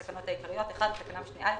התקנות העיקריות) בתקנת משנה (א),